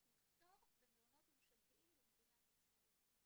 יש מחסור במעונות ממשלתיים במדינת ישראל.